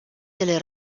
delle